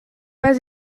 pas